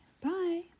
Bye